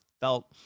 felt